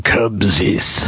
Cubsies